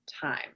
time